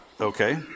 Okay